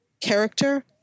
character